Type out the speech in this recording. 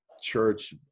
church